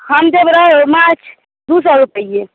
हम देब रोहु माँछ दू सए रूपैए